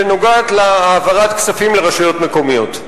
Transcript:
שנוגעת להעברת כספים לרשויות מקומיות.